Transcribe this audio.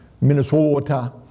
Minnesota